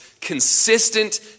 consistent